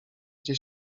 gdzie